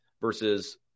versus